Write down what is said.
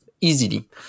easily